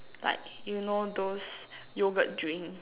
like you know those yogurt drink